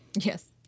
Yes